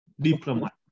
Diplomat